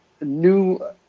new